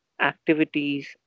activities